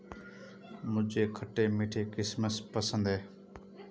मुझे खट्टे मीठे किशमिश पसंद हैं